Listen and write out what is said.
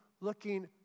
looking